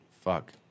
fuck